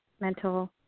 mental